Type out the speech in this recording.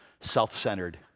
Self-centered